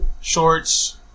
shorts